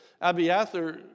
Abiathar